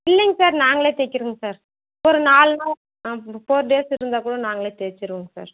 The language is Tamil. இல்லைங்க சார் நாங்களே தைக்கிறோங்க சார் ஒரு நாலு நாள் ஆ ஃபோர் டேஸ் இருந்தால் கூட நாங்களே தைச்சிருவோங்க சார்